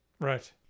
Right